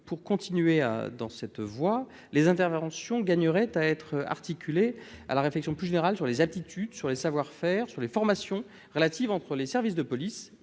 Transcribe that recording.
Pour poursuivre dans cette voie, les interventions gagneraient à être articulées à la réflexion plus générale sur les aptitudes, les savoir-faire et les formations relatives à la relation entre les services de police